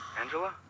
angela